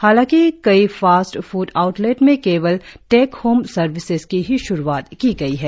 हालांकि कई fast food outlet में केवल टेक होम सर्विसेस की ही श्रुआत की गई है